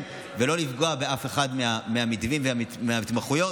ולא לפגוע באף אחד מהמתווים וההתמחויות.